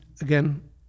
again